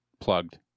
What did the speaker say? Plugged